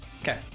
Okay